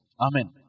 Amen